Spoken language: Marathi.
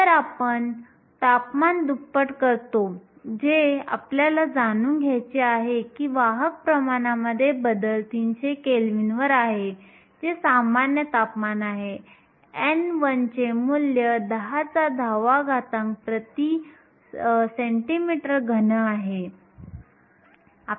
तर आम्ही तापमान दुप्पट करतो जे आपल्याला जाणून घ्यायचे आहे की वाहक प्रमाणामध्ये बदल 300 केल्विनवर आहे जे सामान्य तापमान आहे n1 चे मूल्य 1010 cm 3 आहे